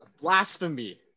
Blasphemy